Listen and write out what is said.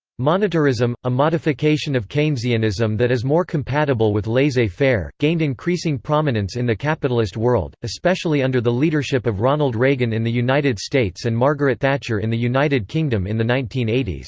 monetarism, a modification of keynesianism that is more compatible with laissez-faire, gained increasing prominence in the capitalist world, especially under the leadership of ronald reagan in the united states and margaret thatcher in the united kingdom in the nineteen eighty s.